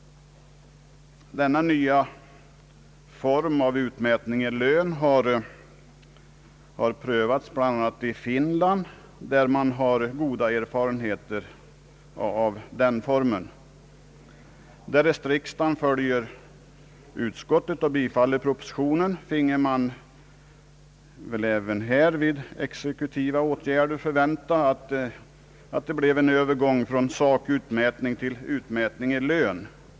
Denna nya form för utmätning i lön har prövats bl.a. i Finland, där man har goda erfarenheter av den. Därest riksdagen följer utskottet och bifaller propositionen finge man väl även här vid exekutiva åtgärder förvänta att det bleve en övergång från sakutmätning till utmätning i lön.